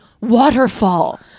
waterfall